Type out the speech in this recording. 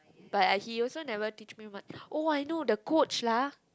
but uh he also never teach me much oh I know the coach lah